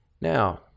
Now